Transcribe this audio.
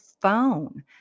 phone